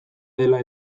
dela